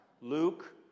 Luke